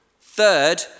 Third